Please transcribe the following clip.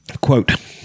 quote